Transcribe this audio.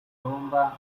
tomba